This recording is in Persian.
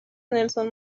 نلسون